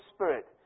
Spirit